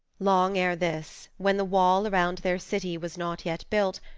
long ere this, when the wall around their city was not yet built,